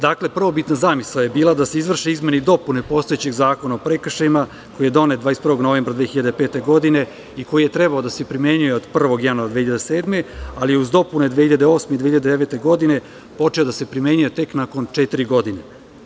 Dakle, prvobitna zamisao je bila da se izvrše izmene i dopune postojećeg Zakona o prekršajima, koji je donet 21. novembra 2005. godine i koji je trebao da se primenjuje od 1. januara 2007. godine, ali je uz dopune 2008. i 2009. godine počeo da se primenjuje tek nakon četiri godine.